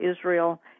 Israel